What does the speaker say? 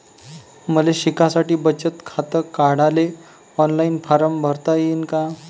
मले शिकासाठी बचत खात काढाले ऑनलाईन फारम भरता येईन का?